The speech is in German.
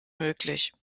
möglich